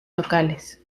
locales